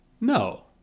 no